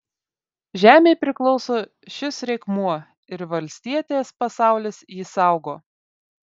žemei priklauso šis reikmuo ir valstietės pasaulis jį saugo